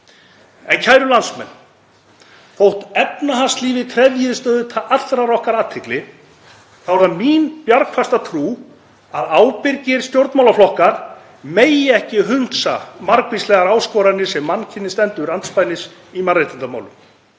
En kæru landsmenn. Þótt efnahagslífið krefjist auðvitað allrar okkar athygli þá er það mín bjargfasta trú að ábyrgir stjórnmálaflokkar megi ekki hunsa margvíslegar áskoranir sem mannkynið stendur andspænis í mannréttindamálum,